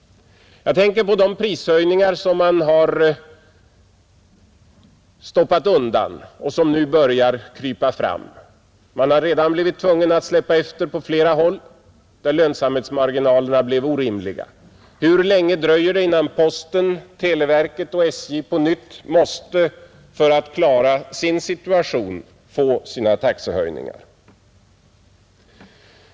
Jag tänker på de prishöjningar som man har stoppat undan och som nu börjar krypa fram; man har redan blivit tvungen att släppa efter på flera håll där lönsamhetsmarginalerna blev orimliga. Hur länge dröjer det innan posten, televerket och SJ på nytt måste, för att klara sin situation, få sina taxehöjningar?